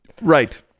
right